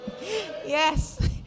Yes